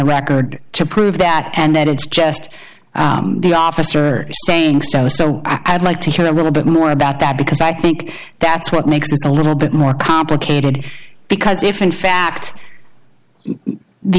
record to prove that and that it's just the officer saying so so i'd like to hear a little bit more about that because i think that's what makes this a little bit more complicated because if in fact the